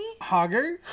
Hogger